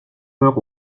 peur